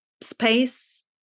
space